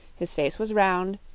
his face was round,